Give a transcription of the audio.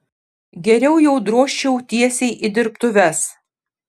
geriau jau drožčiau tiesiai į dirbtuves